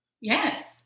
Yes